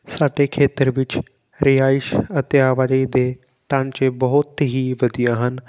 ਸਾਡੇ ਖੇਤਰ ਵਿੱਚ ਰਿਹਾਇਸ਼ ਅਤੇ ਆਵਾਜਾਈ ਦੇ ਢਾਂਚੇ ਬਹੁਤ ਹੀ ਵਧੀਆ ਹਨ